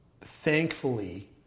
thankfully